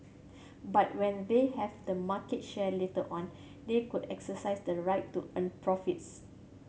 but when they have the market share later on they could exercise the right to earn profits